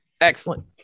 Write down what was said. Excellent